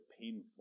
painful